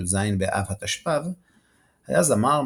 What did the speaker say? י"ז באב ה'תשפ"ב היה זמר,